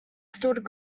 stood